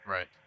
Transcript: Right